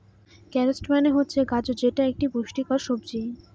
carrots মানে হচ্ছে গাজর যেটা এক পুষ্টিকর সবজি